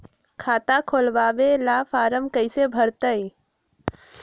खाता खोलबाबे ला फरम कैसे भरतई?